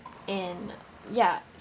and ya